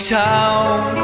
town